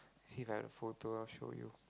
see if i got the photo I'll show you